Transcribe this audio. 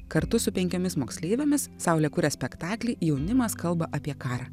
kartu su penkiomis moksleivėmis saulė kuria spektaklį jaunimas kalba apie karą